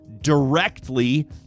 directly